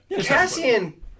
Cassian